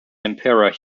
emperor